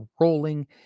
rolling